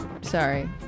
Sorry